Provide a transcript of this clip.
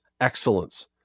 excellence